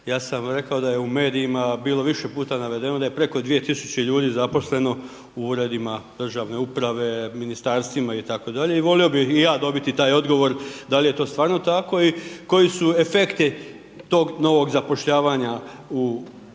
ja sam rekao da je u medijima bilo više puta navedeno da je preko 2000 ljudi zaposleno u Uredima državne uprave, Ministarstvima itd. i volio bih i ja dobiti taj odgovor da li je to stvarno tako i koji su efekti tog novog zapošljavanja u državnim